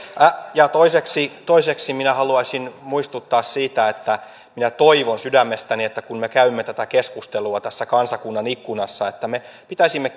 toiseksi toiseksi minä haluaisin muistuttaa siitä että minä toivon sydämestäni että kun me käymme tätä keskustelua tässä kansakunnan ikkunassa me pitäisimme